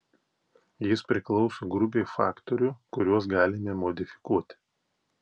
jis priklauso grupei faktorių kuriuos galime modifikuoti